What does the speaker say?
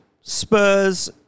Spurs